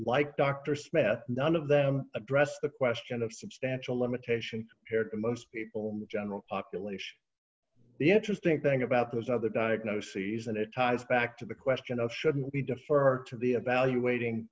like dr smith none of them addressed the question of substantial limitation care to most people in the general population the interesting thing about those other diagnoses and it ties back to the question of should we defer to the evaluating